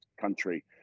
country